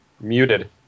Muted